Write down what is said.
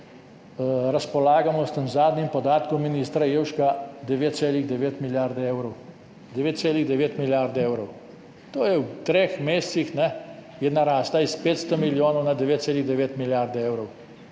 razpolagamo s tem zadnjim podatkom ministra Jevška, in sicer 9,9 milijarde evrov. 9,9 milijarde evrov! Torej, v treh mesecih je narasla s 500 milijonov na 9,9 milijarde evrov.